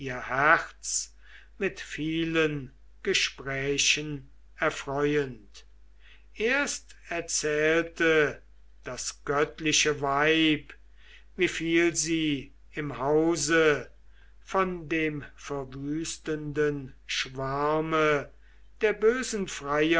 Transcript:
herz mit vielen gesprächen erfreuend erst erzählte das göttliche weib wie viel sie im hause von dem verwüstenden schwarme der bösen